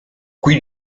qui